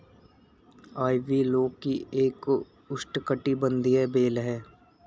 ivy लौकी एक उष्णकटिबंधीय बेल है